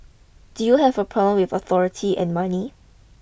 do you have a problem with authority and money